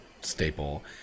staple